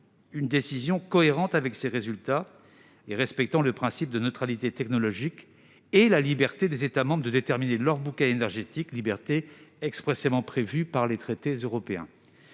une décision cohérente avec ces résultats et respectant tant le principe de neutralité technologique que la liberté des États membres de déterminer leur bouquet énergétique, liberté expressément prévue par les traités européens.